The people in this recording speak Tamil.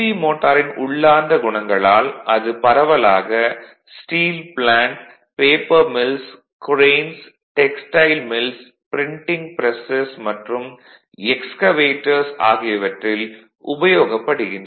மோட்டாரின் உள்ளார்ந்த குணங்களால் அது பரவலாக steel plant paper mills cranes textile mills printing presses மற்றும் எக்ஸ்கவேடர்ஸ் ஆகியவற்றில் உபயோகப்படுகின்றன